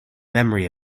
memory